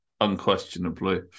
unquestionably